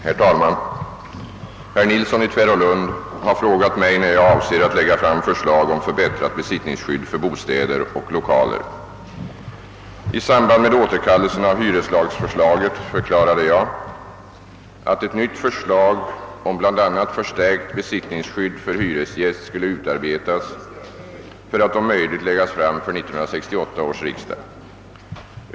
Herr talman! Herr Nilsson i Tvärålund har frågat mig när jag avser att lägga fram förslag om förbättrat besittningsskydd för bostäder och lokaler. I samband med återkallelsen av hyreslagförslaget förklarade jag att ett nytt förslag om bl a. förstärkt besittningsskydd för hyresgäst skulle utarbelas för att om möjligt läggas fram för 1968 års riksdag.